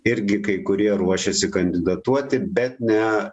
irgi kai kurie ruošėsi kandidatuoti bet ne